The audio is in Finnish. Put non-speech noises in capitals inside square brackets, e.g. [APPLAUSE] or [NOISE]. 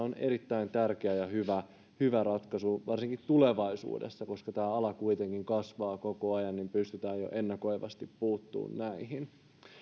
[UNINTELLIGIBLE] on erittäin tärkeä ja hyvä hyvä ratkaisu varsinkin tulevaisuudessa koska tämä ala kuitenkin kasvaa koko ajan ja näin pystytään jo ennakoivasti puuttumaan näihin